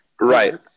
Right